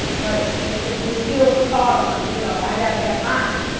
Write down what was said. but if if we're still caught on you know i got to have mine,